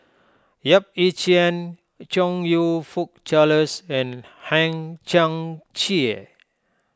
Yap Ee Chian Chong You Fook Charles and Hang Chang Chieh